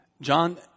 John